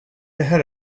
ahead